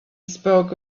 spoke